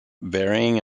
varying